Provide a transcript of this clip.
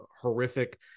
horrific